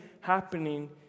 happening